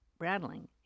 rattling